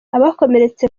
abakomeretse